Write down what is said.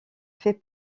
fait